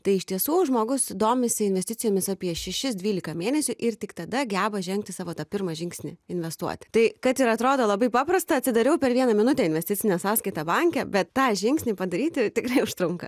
tai iš tiesų žmogus domisi investicijomis apie šešis dvylika mėnesių ir tik tada geba žengti savo tą pirmą žingsnį investuoti tai kad ir atrodo labai paprasta atsidariau per vieną minutę investicinę sąskaitą banke bet tą žingsnį padaryti tikrai užtrunka